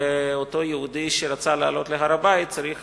ואותו יהודי שרצה לעלות להר-הבית צריך